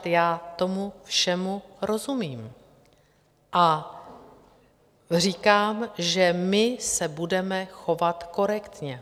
Já tomu všemu rozumím a říkám, že my se budeme chovat korektně.